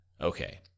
Okay